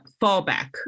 fallback